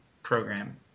program